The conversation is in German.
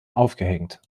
aufgehängt